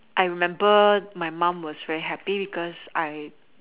I remember my mum was very happy because I